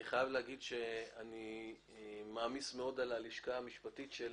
אני חייב להגיד שאני מעמיס מאוד על הלשכה המשפטית של